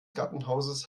gartenhauses